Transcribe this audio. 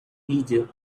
egypt